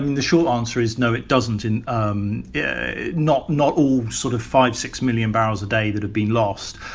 the short answer is, no, it doesn't in um not not all sort of five, six million barrels a day that have been lost.